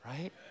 right